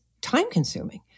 time-consuming